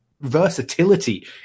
versatility